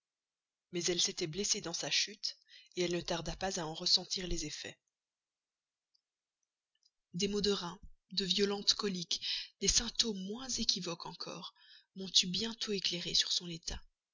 mais elle s'était blessée dans sa chute elle ne tarda pas à en ressentir les effets des maux de reins de violentes coliques des symptômes moins équivoques encore m'ont eu bientôt éclairé sur son état